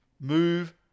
move